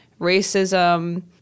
racism